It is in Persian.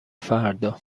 فردا